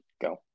Go